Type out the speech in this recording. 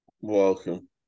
Welcome